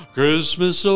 Christmas